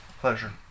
Pleasure